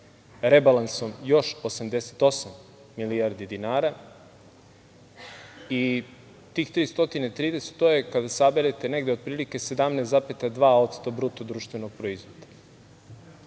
rebalansom još 88 milijardi dinara. Tih 330, to je kada saberete negde otprilike 17,2% bruto društvenog proizvoda.